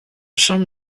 some